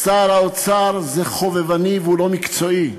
שר האוצר הזה חובבני ולא מקצועני.